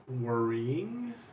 worrying